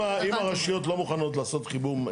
אם הרשויות לא מוכנות לעשות חיבור.